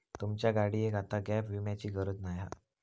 तुमच्या गाडियेक आता गॅप विम्याची गरज नाय हा